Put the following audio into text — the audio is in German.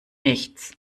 nichts